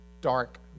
dark